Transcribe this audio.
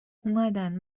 اومدن